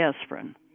aspirin